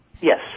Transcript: Yes